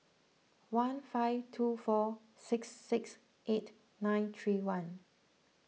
one five two four six six eight nine three one